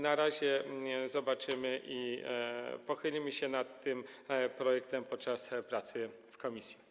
Na razie zobaczymy i pochylimy się nad tym projektem podczas prac w komisji.